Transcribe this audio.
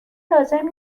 لازم